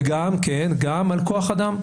וגם על כוח אדם.